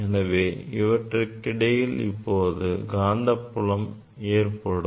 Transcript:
எனவே இவற்றிற்கிடையில் இப்போது காந்தப்புலம் ஏற்படும்